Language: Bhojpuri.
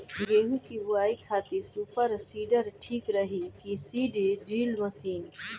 गेहूँ की बोआई खातिर सुपर सीडर ठीक रही की सीड ड्रिल मशीन?